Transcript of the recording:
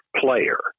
player